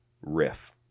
riff